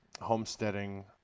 homesteading